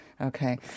Okay